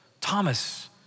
Thomas